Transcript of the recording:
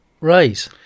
Right